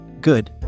Good